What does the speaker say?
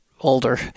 older